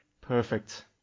Perfect